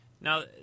Now